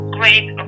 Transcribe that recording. great